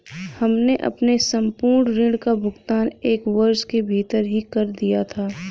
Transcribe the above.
हमने अपने संपूर्ण ऋण का भुगतान एक वर्ष के भीतर ही कर दिया था